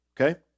okay